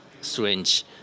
strange